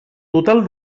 total